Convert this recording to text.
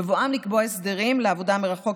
בבואם לקבוע הסדרים של עבודה מרחוק,